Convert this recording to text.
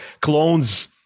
clones